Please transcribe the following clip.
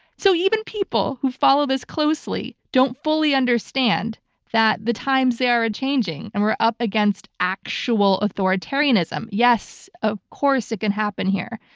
so even people who follow this closely don't fully understand that the times they are a-changing and we're up against actual authoritarianism. yes, of course, it can happen here.